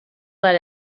let